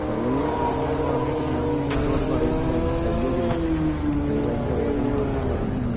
കൈ ഒടിഞ്ഞുവെന്നു പറഞ്ഞിട്ട് ഞാൻ ഇവന്മാരോട് പറയുന്നുണ്ടായിരുന്നു കൈ ഒടിഞ്ഞു കൈ ഭയങ്കര വേദനയാണെന്നും ഞാൻ പറഞ്ഞായിരുന്നു